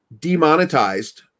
demonetized